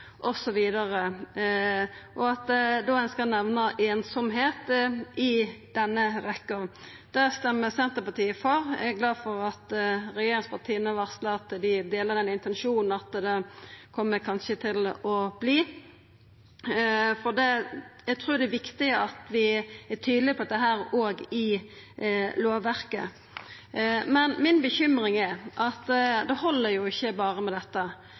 og sosiale miljø osv., og i den samanhengen skal ein nemna einsemd. Det stemmer Senterpartiet for, og eg er glad for at regjeringspartia varslar at dei deler intensjonen, og at det kanskje kjem til å verta slik. Eg trur det er viktig at vi er tydelege på dette også i lovverket. Mi bekymring er at det ikkje held berre med dette.